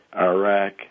Iraq